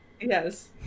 Yes